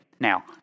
Now